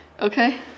Okay